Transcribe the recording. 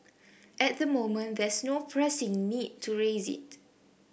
at the moment there's no pressing need to raise it